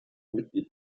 mitglied